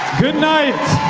good night!